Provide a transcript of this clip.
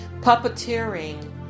puppeteering